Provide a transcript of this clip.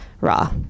raw